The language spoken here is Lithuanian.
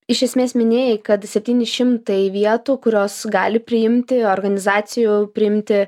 iš esmės minėjai kad septyni šimtai vietų kurios gali priimti organizacijų priimti